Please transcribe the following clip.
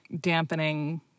dampening